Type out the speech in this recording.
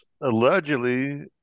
allegedly